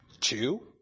two